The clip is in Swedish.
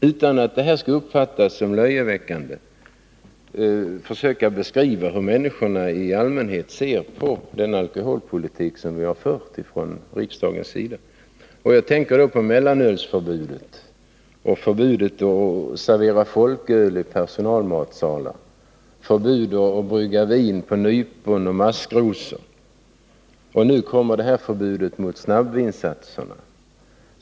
Utan att det skall uppfattas som löjeväckande skall jag försöka beskriva hur människorna i allmänhet ser på den alkoholpolitik som riksdagen har fört — jag tänker på mellanölsförbudet, förbudet mot att servera folköl i personalmatsalar, förbudet att brygga vin på nypon och maskrosor. Nu föreslås förbud mot snabbvinsatserna.